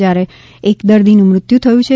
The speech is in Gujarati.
જયારે એક દર્દીનુ મૃત્યુ થયુ છે